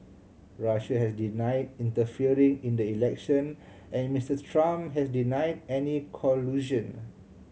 Russia has deny interfering in the election and Mister Trump has deny any collusion